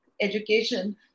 education